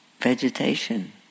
vegetation